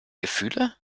gefühle